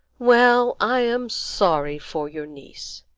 well, i am sorry for your niece.